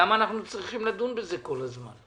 למה אנחנו צריכים לדון בזה כל הזמן?